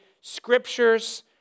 scriptures